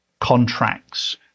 contracts